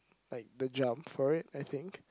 like the jump for it I think